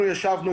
אנחנו ישבנו,